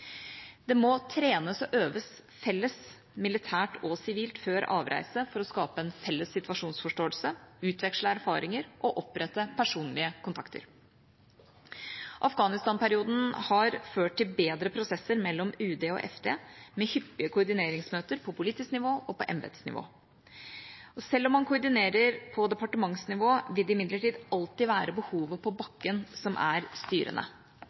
Det må trenes og øves felles militært og sivilt før avreise for å skape en felles situasjonsforståelse, utveksle erfaringer og opprette personlige kontakter. Afghanistan-perioden har ført til bedre prosesser mellom UD og Forsvarsdepartementet, med hyppige koordineringsmøter på politisk nivå og på embetsnivå. Selv om man koordinerer på departementsnivå, vil det imidlertid alltid være behovet på bakken som er styrende.